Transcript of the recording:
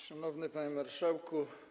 Szanowny Panie Marszałku!